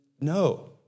No